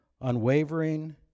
unwavering